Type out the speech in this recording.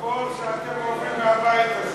הקול שאתם, מהבית הזה.